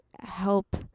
help